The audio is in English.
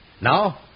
Now